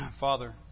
Father